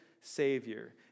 Savior